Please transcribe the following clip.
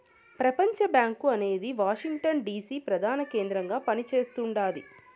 ప్రపంచబ్యాంకు అనేది Washington DC ప్రదాన కేంద్రంగా పని చేస్తుండాది